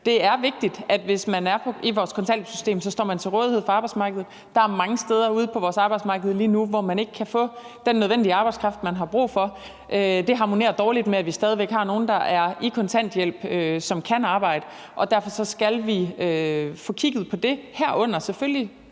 Det er vigtigt, at hvis man er i vores kontanthjælpssystem, så står man til rådighed for arbejdsmarkedet. Der er mange steder ude på vores arbejdsmarked lige nu, hvor man ikke kan få den nødvendige arbejdskraft, man har brug for. Det harmonerer dårligt med, at vi stadig væk har nogle, der er på kontanthjælp, og som kan arbejde. Og derfor skal vi få kigget på det, herunder selvfølgelig